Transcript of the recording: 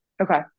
Okay